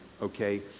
okay